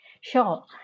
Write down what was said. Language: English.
Sure